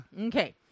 Okay